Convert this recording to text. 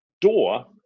door